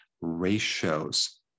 ratios